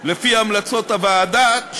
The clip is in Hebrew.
לפי המלצות הוועדה,